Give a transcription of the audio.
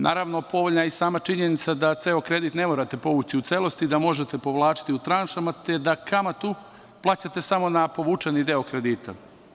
Naravno, povoljna je i sama činjenica da ceo kredit ne morate povući u celosti, da možete povlačiti u tranšama, te da kamatu plaćate samo na povučeni deo kredita.